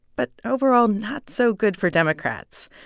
but overall not so good for democrats.